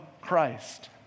Christ